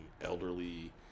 elderly